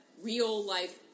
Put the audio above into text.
real-life